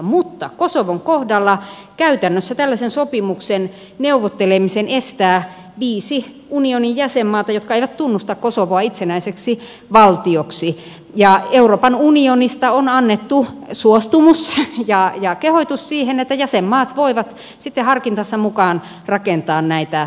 mutta kosovon kohdalla käytännössä tällaisen sopimuksen neuvottelemisen estävät viisi unionin jäsenmaata jotka eivät tunnusta kosovoa itsenäiseksi valtioksi ja euroopan unionista on annettu suostumus ja kehotus siihen että jäsenmaat voivat sitten harkintansa mukaan rakentaa näitä takaisinottosopimuksia